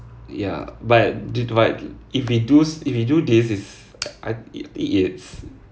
ya but did but if we dos~ if we do this is uh it it it is